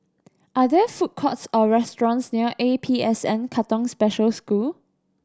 are there food courts or restaurants near A P S N Katong Special School